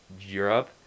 Europe